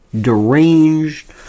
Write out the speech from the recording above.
deranged